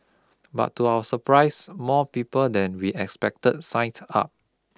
but to our surprise more people than we expected signed up